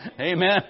Amen